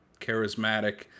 charismatic